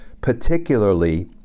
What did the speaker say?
particularly